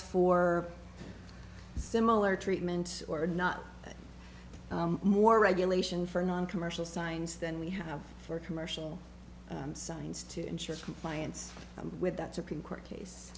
for similar treatment or not more regulation for noncommercial signs than we have for commercial signs to ensure compliance with that supreme court case